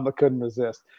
um couldn't resist.